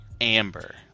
amber